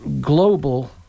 global